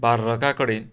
बार्रका कडेन